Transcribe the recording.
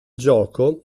gioco